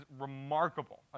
remarkable